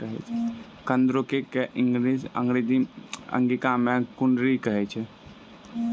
कुंदरू कॅ अंगिका मॅ कुनरी कहलो जाय छै